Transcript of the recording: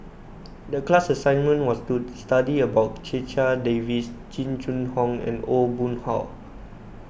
the class assignment was to study about Checha Davies Jing Jun Hong and Aw Boon Haw